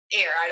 air